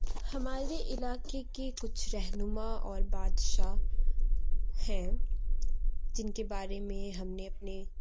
ہمارے علاقے کے کچھ رہنما اور بادشاہ ہیں جن کے بارے میں ہم نے اپنے